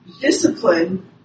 discipline